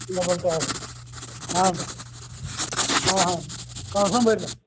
ಇಲ್ಲೆ ಬಂದು ತಗೊರಿ ಹಾಂ ರೀ ಹಾಂ ಹಾಂ ಕಳ್ಸೊಣ ಬಿಡ್ರಿ